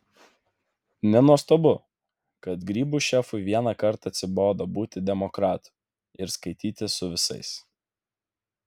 nenuostabu kad grybų šefui vieną kartą atsibodo būti demokratu ir skaitytis su visais